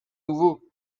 nouveau